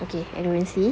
okay I don't want to see